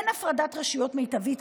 אין הפרדת רשויות מיטבית,